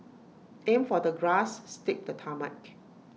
aim for the grass skip the tarmac